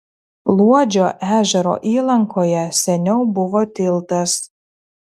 luodžio ežero įlankoje seniau buvo tiltas